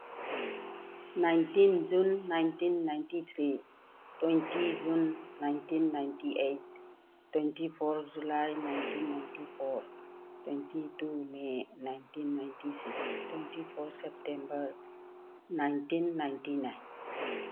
nineteen June nineteen ninety three twenty June nineteen ninety eight twenty four July nineteen ninety four twenty two may nineteen ninety six twenty four September nineteen ninety nine